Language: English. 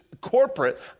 corporate